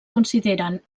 consideren